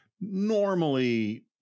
Normally